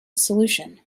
solution